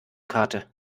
karte